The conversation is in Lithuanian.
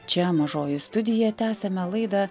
čia mažoji studija tęsiame laidą